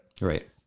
Right